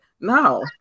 No